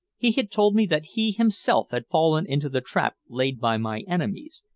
he had told me that he himself had fallen into the trap laid by my enemies,